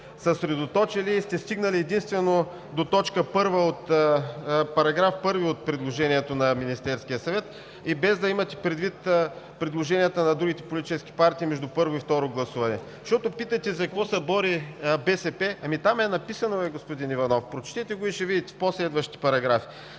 съсредоточили и сте стигнали единствено до т. 1 на § 1 от предложението на Министерския съвет, без да имате предвид предложенията на другите политически партии между първо и второ гласуване. Защото питате: за какво се бори БСП? Ами там е написано, господин Иванов, прочетете го и ще видите в по-следващите параграфи